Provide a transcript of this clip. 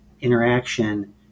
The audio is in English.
interaction